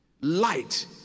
light